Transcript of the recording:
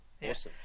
Yes